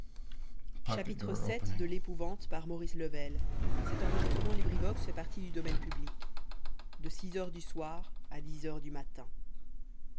de six heures du soir a dix heures du matin